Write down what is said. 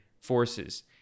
forces